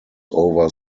over